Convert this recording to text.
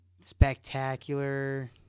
spectacular